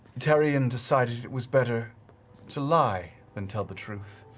taryon decided it was better to lie than tell the truth,